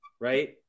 right